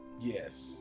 Yes